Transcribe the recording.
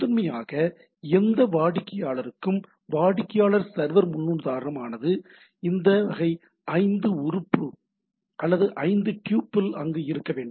முதன்மையாக எந்த வாடிக்கையாளருக்கும் வாடிக்கையாளர் சர்வர் முன்னுதாரணம் ஆனது இந்த வகை ஐந்து உறுப்பு அல்லது ஐந்து டூப்பிள் அங்கு இருக்க வேண்டும்